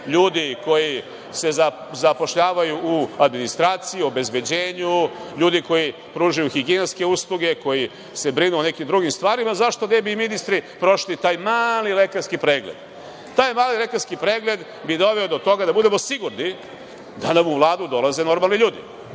ljudi koji se zapošljavaju u administraciji, obezbeđenju, ljudi koji pružaju higijenske usluge, koji se brinu o nekim drugim stvarima. Zašto ne bi i ministri prošli taj mali lekarski pregled? Taj mali lekarski pregled bi doveo do toga da budemo sigurni da nam u Vladu dolaze normalni ljudi,